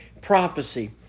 prophecy